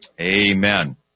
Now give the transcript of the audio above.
Amen